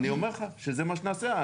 אני אומר לך שזה מה שנעשה.